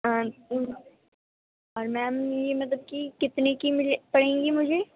اور میم یہ مطلب کہ کتنے کی مجھے پڑیں گی مجھے